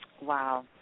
Wow